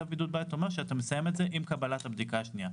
צו בידוד בית מסתיים עם קבלת תוצאות הבדיקה השנייה.